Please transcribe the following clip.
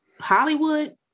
Hollywood